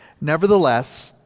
Nevertheless